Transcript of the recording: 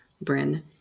Bryn